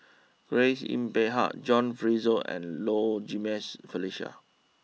Grace Yin Peck Ha John Fraser and Low Jimenez Felicia